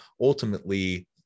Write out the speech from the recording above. ultimately